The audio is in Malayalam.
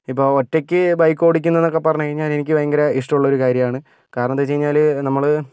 ഇപ്പോൾ ഒറ്റക്ക് ബൈക്കോടിക്കുന്നതൊക്കെ പറഞ്ഞുകഴിഞ്ഞാല് എനിക്ക് ഭയങ്കര ഇഷ്ടമുള്ള ഒരു കാര്യമാണ് കാരണം എന്ത് വെച്ചു കഴിഞ്ഞാൽ നമ്മൾ